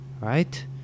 right